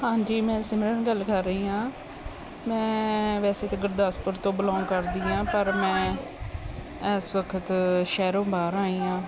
ਹਾਂਜੀ ਮੈਂ ਸਿਮਰਨ ਗੱਲ ਕਰ ਰਹੀ ਹਾਂ ਮੈਂ ਵੈਸੇ ਤੇ ਗੁਰਦਾਸਪੁਰ ਤੋਂ ਬਿਲੋਂਗ ਕਰਦੀ ਹਾਂ ਪਰ ਮੈਂ ਇਸ ਵਕਤ ਸ਼ਹਿਰ ਤੋਂ ਬਾਹਰ ਆਈ ਹਾਂ